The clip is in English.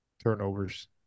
turnovers